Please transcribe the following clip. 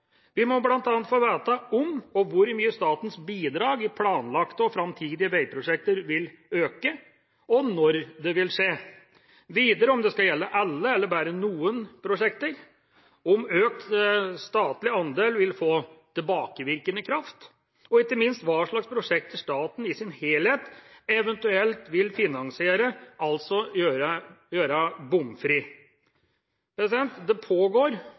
Vi må bl.a. få vite om og hvor mye statens bidrag i planlagte og framtidige veiprosjekter vil øke, og når det vil skje. Videre må vi få vite om det skal gjelde alle eller bare noen prosjekter, om økt statlig andel vil få tilbakevirkende kraft, og ikke minst hva slags prosjekter staten eventuelt vil finansiere i sin helhet,